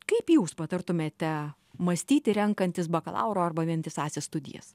kaip jūs patartumėte mąstyti renkantis bakalauro arba vientisąsias studijas